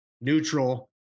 neutral